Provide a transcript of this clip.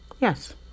Yes